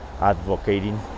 advocating